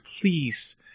please